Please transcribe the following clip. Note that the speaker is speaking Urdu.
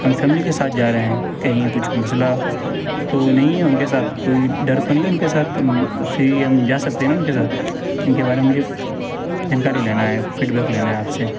ہم فیملی کے ساتھ جا رہے ہیں کہیں کچھ مسئلہ تو نہیں ہے ان کے ساتھ کوئی ڈر تو نہیں ہے ان کے ساتھ فری ہم جا سکتے ہیں نا ان کے ساتھ ان کے بارے میں مجھے جانکاری لینا ہے فیڈبیک لینا ہے آپ سے